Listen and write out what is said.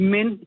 Men